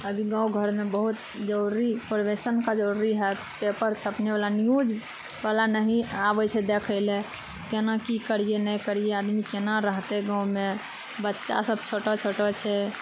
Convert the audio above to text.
अभी गाँव घरमे बहुत जरूरी प्रोमोशनके जरूरी है पेपर छपने बला न्यूज बला नही आबै छै देखै लऽ केना की करियै नहि करियै आदमी केना रहतै गाँवमे बच्चा सब छोटा छोटा छै